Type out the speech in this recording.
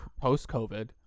post-COVID